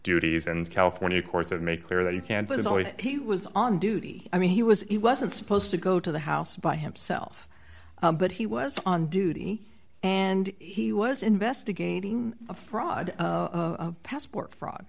duties and california courts that make clear that you can't is always he was on duty i mean he was he wasn't supposed to go to the house by himself but he was on duty and he was investigating a fraud passport fr